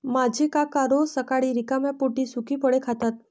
माझे काका रोज सकाळी रिकाम्या पोटी सुकी फळे खातात